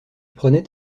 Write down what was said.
prenaient